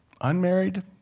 Unmarried